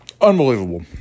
unbelievable